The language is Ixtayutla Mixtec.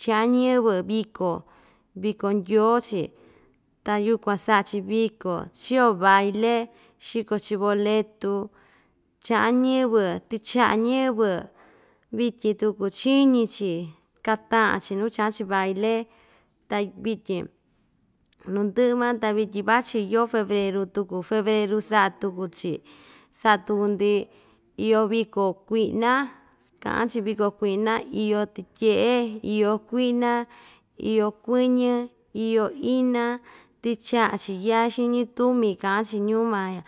cha'an ñɨvɨ viko viko ndyoo‑chi ta yukuan sa'a‑chi viko chio baile xiko‑chi boletu cha'an ñɨvɨ tɨcha'a ñɨvɨ vityi tuku chíñi‑chi kata'an‑chi nu cha'an‑chi baile ta vityin nu ndɨ'ɨ van ta vityi vachi yoo febreru tuku febreru sa'a tuku‑chi sa'a tuku‑ndi iyo viko kui'na ka'an‑chi viko kui'na iyo tɨtye'e iyo kui'na iyo kuɨñɨ iyo ina tɨcha'a‑chi yaa xiñi tumi ka'an‑chi ñuu ma ya.